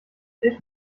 ich